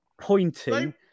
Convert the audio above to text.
pointing